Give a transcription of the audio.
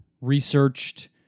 researched